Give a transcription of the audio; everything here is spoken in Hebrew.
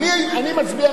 אני מסכים,